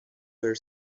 her